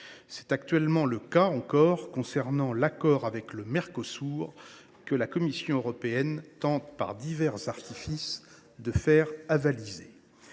C’est actuellement le cas concernant l’accord avec le Mercosur, que la Commission européenne tente, par divers artifices, de faire avaliser.